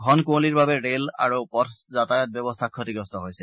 ঘন কুঁৱলীৰ বাবে ৰেল আৰু পথ যাতায়াত ব্যৱস্থা ক্ষতিগ্ৰস্ত হৈছে